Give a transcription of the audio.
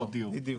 הדיון.